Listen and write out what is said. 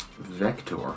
Vector